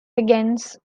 begins